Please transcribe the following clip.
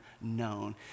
known